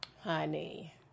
Honey